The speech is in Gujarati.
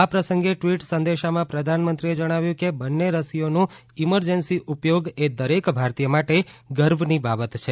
આ પ્રસંગે ટવીટ સંદેશામાં પ્રધાનમંત્રીએ જણાવ્યુંછે કે બંને રસીઓનું ઇમરજન્સી ઉપયોગ એ દરેક ભારતીય માટે ગર્વની બાબત છે